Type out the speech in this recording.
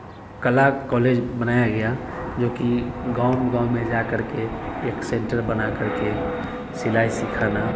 कला कॉलेज बनाया गया जोकि गाँव गाँव में जा करके एक सेंटर बना करके सिलाई सिखाना